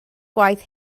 gwaith